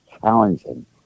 challenging